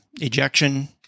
ejection